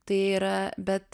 tai yra bet